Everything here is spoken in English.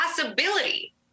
possibility